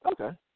okay